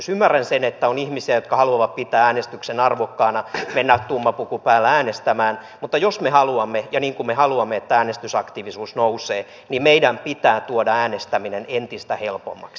ymmärrän sen että on ihmisiä jotka haluavat pitää äänestyksen arvokkaana mennä tumma puku päällä äänestämään mutta jos me haluamme ja niin kuin me haluamme että äänestysaktiivisuus nousee niin meidän pitää tuoda äänestäminen entistä helpommaksi